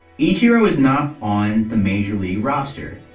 ichiro is not on the major league roster.